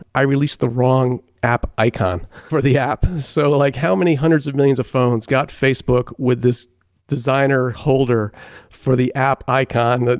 i released the wrong app icon for the app. so like how many hundreds of millions of phones got facebook with this designer holder for the app icon, and